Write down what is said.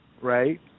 right